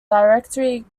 directory